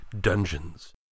Dungeons